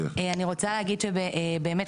אני רוצה להגיד שבאמת,